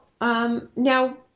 now